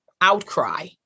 outcry